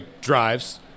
drives